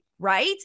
Right